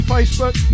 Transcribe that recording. Facebook